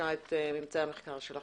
שהיא משמעותית בכל השלבים.